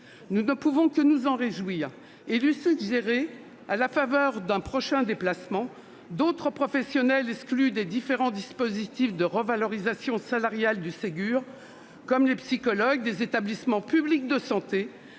Nous ne pouvons que nous en réjouir et lui suggérer, à la faveur d'un prochain déplacement, de tenir compte d'autres professionnels exclus des différents dispositifs de revalorisation salariale du Ségur, tels que les psychologues des établissements publics de santé,